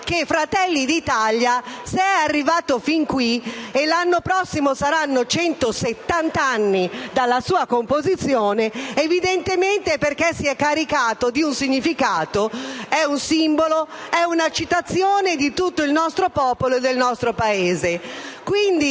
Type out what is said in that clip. che «Fratelli d'Italia», se è arrivato fin qui (l'anno prossimo saranno centosettant'anni dalla sua composizione), evidentemente è perché si è caricato di un significato ed è un simbolo e una citazione di tutto il nostro popolo e del nostro Paese.